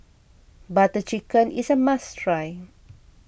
Butter Chicken is a must try